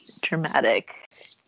dramatic